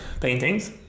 paintings